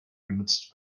genutzt